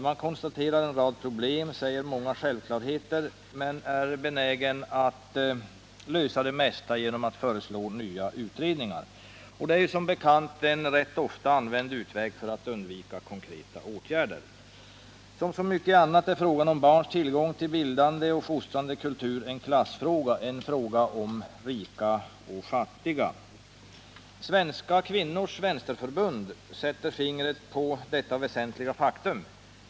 Man konstaterar en rad problem och säger många självklarheter men är benägen att lösa de flesta problemen genom att föreslå nya utredningar. Det är som bekant en ofta använd väg för att undvika konkreta åtgärder. Som så mycket annat är frågan om barns tillgång till bildande och fostrande kultur en klassfråga, en fråga om rika och fattiga. Svenska Kvinnors Vänsterförbund sätter fingret på detta väsentliga faktum.